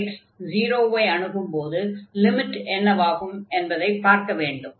x 0 ஐ அணுகும்போது limit என்னாகும் என்பதைப் பார்க்கவேண்டும்